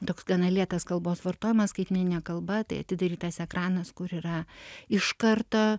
toks gana lėtas kalbos vartojimas skaitmeninė kalba tai atidarytas ekranas kur yra iš karto